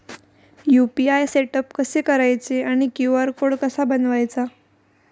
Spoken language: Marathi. यु.पी.आय सेटअप कसे करायचे आणि क्यू.आर कोड कसा बनवायचा?